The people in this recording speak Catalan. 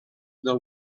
del